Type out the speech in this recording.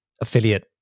affiliate